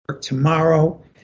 tomorrow